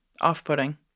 off-putting